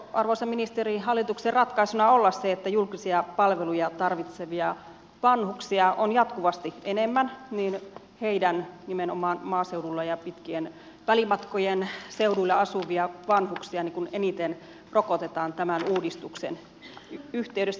voiko arvoisa ministeri hallituksen ratkaisuna olla se kun julkisia palveluja tarvitsevia vanhuksia on jatkuvasti enemmän että heitä nimenomaan maaseudulla ja pitkien välimatkojen seuduilla asuvia vanhuksia eniten rokotetaan tämän uudistuksen yhteydessä